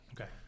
Okay